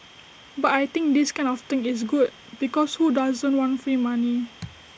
but I think this kind of thing is good because who doesn't want free money